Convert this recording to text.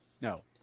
no